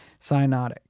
cyanotic